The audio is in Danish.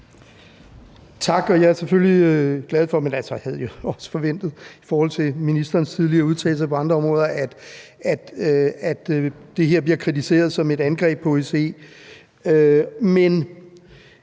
Tak, og jeg er selvfølgelig glad for, at det her – det havde jeg også forventet i forhold til ministerens tidligere udtalelser på andre områder – bliver kritiseret som et angreb på OSCE. Men